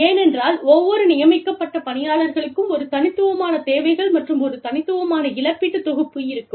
ஏனென்றால் ஒவ்வொரு நியமிக்கப்பட்ட பணியாளர்களுக்கும் ஒரு தனித்துவமான தேவைகள் மற்றும் ஒரு தனித்துவமான இழப்பீட்டுத் தொகுப்பு இருக்கும்